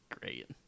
Great